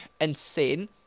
insane